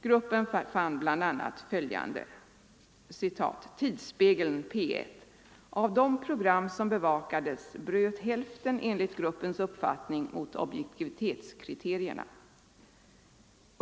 Gruppen fann bl.a. följande: ”Tidsspegeln P1: Av de program som bevakades bröt hälften, enligt gruppens uppfattning, mot objektivitetskriterierna.